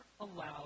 allowed